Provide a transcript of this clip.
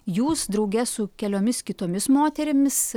jūs drauge su keliomis kitomis moterimis